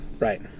right